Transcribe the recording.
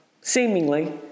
seemingly